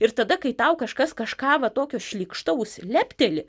ir tada kai tau kažkas kažką va tokio šlykštaus lepteli